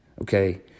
okay